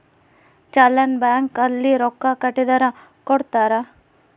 challan bank ಅಲ್ಲಿ ರೊಕ್ಕ ಕಟ್ಟಿದರ ಕೋಡ್ತಾರ